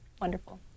Wonderful